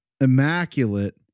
immaculate